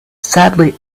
sadly